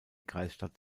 kreisstadt